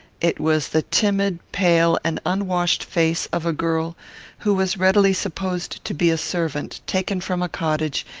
it was the timid, pale, and unwashed face of a girl who was readily supposed to be a servant, taken from a cottage,